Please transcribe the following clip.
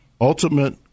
ultimate